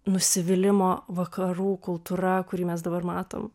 nusivylimo vakarų kultūra kurį mes dabar matom